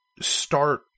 start